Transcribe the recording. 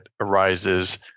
arises